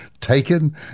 Taken